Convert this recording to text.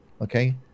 Okay